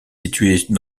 située